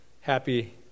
Happy